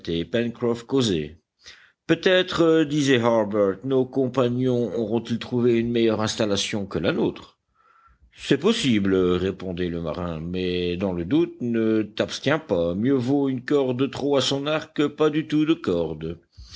causaient peut-être disait harbert nos compagnons auront-ils trouvé une meilleure installation que la nôtre c'est possible répondait le marin mais dans le doute ne t'abstiens pas mieux vaut une corde de trop à son arc que pas du tout de corde